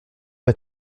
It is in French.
vas